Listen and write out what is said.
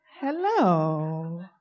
Hello